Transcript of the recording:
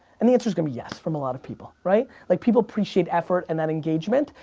and the answer's gonna be yes, from a lot of people, right, like people appreciate effort, and that engagement,